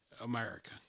America